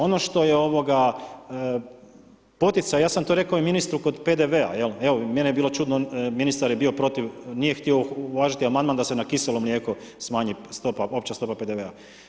Ono što je, ovoga, poticaj, ja sam to rekao i ministru kod PDV-a, jel, evo, i meni je bilo čudno, ministar je bio protiv, nije htio uvažiti Amandman da se na kiselo mlijeko smanji stopa, opća stopa PDV-a.